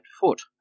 foot